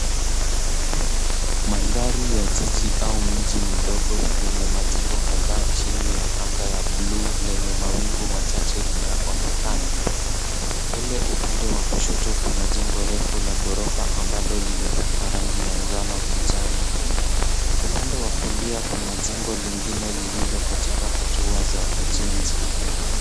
Mandhari ya jiji au mji mdogo yenye majengo kadhaa chini ya anga ya buluu lenye mawingu machache linaonekana. Mbele upande wa kushoto kuna jengo refu la ghorofa ambalo limepakwa rangi ya njano kijani. Upande wa kulia kuna jengo lingine lilio katika hatua za ujenzi.